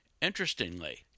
Interestingly